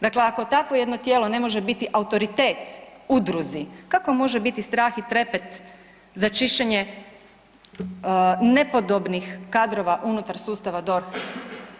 Dakle, ako takvo jedno tijelo ne može biti autoritet udruzi, kako može biti strah i trepet za čišćenje nepodobnih kadrova unutar sustava DORH-a?